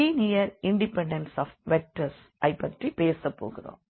linear independence of vectors ஐப் பற்றி பேசப்போகிறோம்